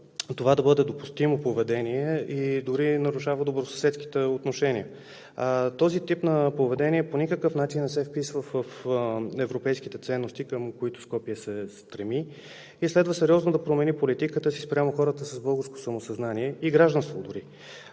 това да бъде допустимо поведение и дори нарушава добросъседските отношения. Този тип поведение по никакъв начин не се вписва в европейските ценности, към които Скопие се стреми, и следва сериозно да промени политиката си спрямо хората с българско самосъзнание и гражданство дори.